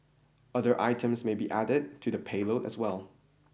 other items may be added to the payload as well